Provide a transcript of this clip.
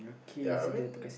ya I mean